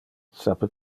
sape